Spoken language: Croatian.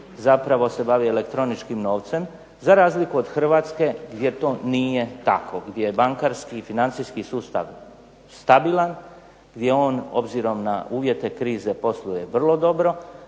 zapravo se bavi elektroničkim novcem, za razliku od Hrvatske gdje to nije tako, gdje je bankarski i financijski sustav stabilan, gdje on obzirom na uvjete krize posluje vrlo dobro,